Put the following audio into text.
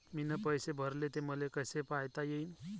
मीन पैसे भरले, ते मले कसे पायता येईन?